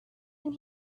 and